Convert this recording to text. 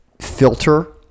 filter